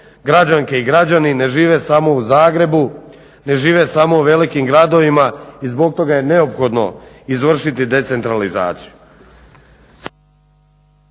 građanke i građani ne žive samo u Zagrebu, ne žive samo u velikim gradovima i zbog toga je neophodno izvršiti decentralizaciju.